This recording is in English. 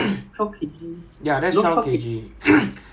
but after I go Sungei-Gedong right I gained until like sixty six